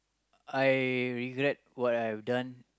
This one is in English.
I regret what I have done